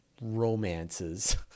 romances